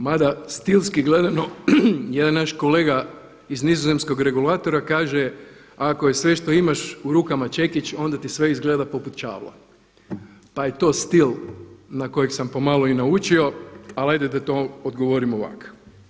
Mada stilski gledano, jedan naš kolega iz nizozemskog regulatora kaže „Ako je sve što imaš u rukama čekić onda ti sve izgleda poput čavla.“, pa je to stil na kojeg sam pomalo i naučio ali ajde da to odgovorim ovako.